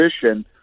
position